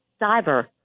cyber